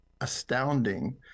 astounding